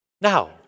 Now